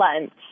lunch